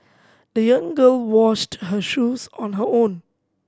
the young girl washed her shoes on her own